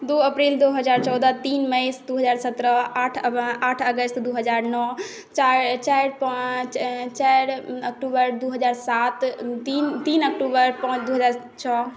दू अप्रैल दू हज़ार चौदह तीन मई दू हज़ार सत्रह आठ अगस्त दू हज़ार नओ चारि चारि पाँच चारि अक्टूबर दू हज़ार सात तीन अक्टूबर दू हज़ार छओ